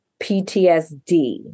PTSD